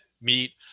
meet